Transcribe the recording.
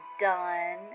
done